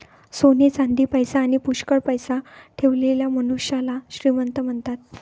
सोने चांदी, पैसा आणी पुष्कळ पैसा ठेवलेल्या मनुष्याला श्रीमंत म्हणतात